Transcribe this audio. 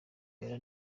wera